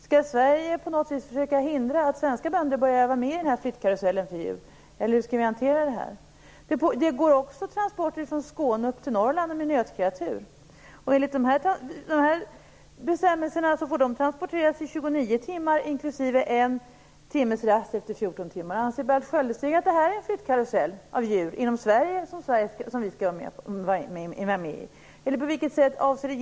Skall Sverige på något vis försöka hindra att svenska bönder börjar vara med i den här flyttkarusellen för djur, eller hur skall vi hantera det här? Det går också transporter från Skåne upp till Norrland med nötkreatur. Enligt bestämmelserna får dessa transporteras i 29 timmar, inklusive en timmes rast efter 14 timmar. Anser Berndt Sköldestig att vi skall vara med i en sådan här flyttkarusell av djur inom Sverige?